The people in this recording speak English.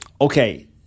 Okay